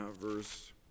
verse